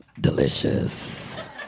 Delicious